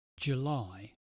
July